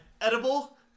Edible